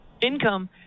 Income